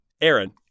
Aaron